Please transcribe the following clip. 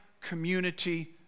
community